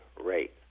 rate